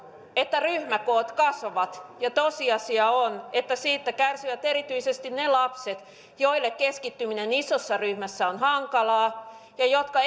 että ryhmäkoot kasvavat ja tosiasia on että siitä kärsivät erityisesti ne lapset joille keskittyminen isossa ryhmässä on hankalaa ja jotka